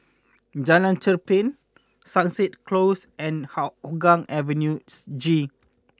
Jalan Cherpen Sunset Close and Hougang Avenue G